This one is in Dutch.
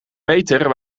meter